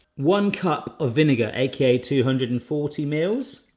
one cup of vinegar, aka two hundred and forty mills,